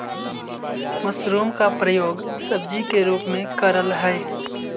mushroom का प्रयोग सब्जी के रूप में करल हई